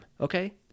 okay